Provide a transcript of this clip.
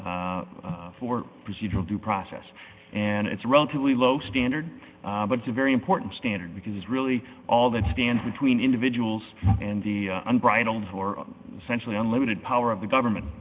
for procedural due process and it's a relatively low standard but very important standard because it's really all that stands between individuals and the unbridled for centrally unlimited power of the government